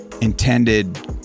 intended